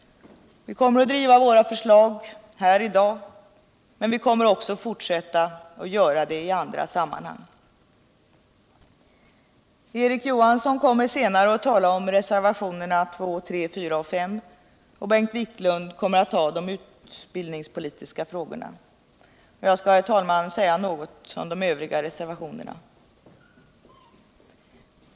Vi kommer att driva våra förslag här i dag, men vi kommer också att fortsätta alt göra det i andra sammanhang. Erik Johansson i Simrishamn kommer senare att tala om reservationerna 2, 3.4 och 5 och Bengt Wiklund kommer att ta upp de utbildningspolitiska frågorna. Jag skall, herr talman, säga något om de övriga reservationerna.